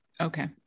Okay